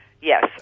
Yes